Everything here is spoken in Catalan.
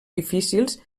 difícils